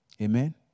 amen